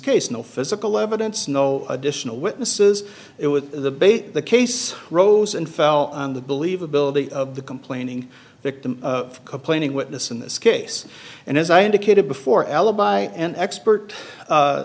case no physical evidence no additional witnesses it was the bait the case rose and fell on the believability of the complaining victim of complaining witness in this case and as i indicated before alibi and expert